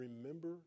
Remember